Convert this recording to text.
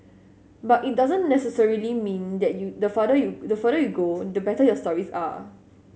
but it doesn't necessarily mean that you the farther you the further you go the better your stories are